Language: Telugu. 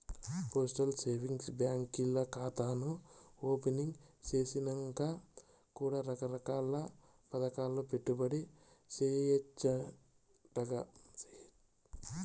పోస్టల్ సేవింగ్స్ బాంకీల్ల కాతాను ఓపెనింగ్ సేసినంక కూడా రకరకాల్ల పదకాల్ల పెట్టుబడి సేయచ్చంటగా